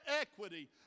equity